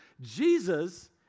Jesus